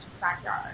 backyard